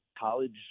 College